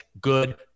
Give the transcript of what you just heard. good